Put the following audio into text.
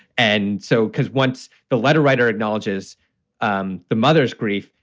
and so because once the letter writer acknowledges um the mother's grief,